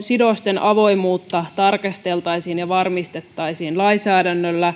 sidosten avoimuutta tarkasteltaisiin ja varmistettaisiin lainsäädännöllä